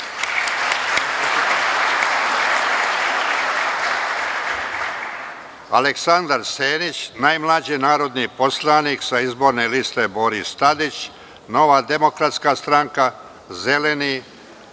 Aleksandar Senić, najmlađi narodni poslanik sa Izborne liste BORIS TADIĆ – Nova demokratska stranka – Zeleni,